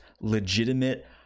legitimate